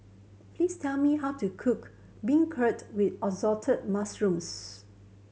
please tell me how to cook beancurd with Assorted Mushrooms